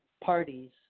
parties